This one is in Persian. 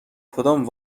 کدام